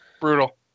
brutal